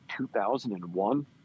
2001